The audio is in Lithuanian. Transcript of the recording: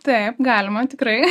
taip galima tikrai